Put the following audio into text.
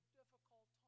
difficult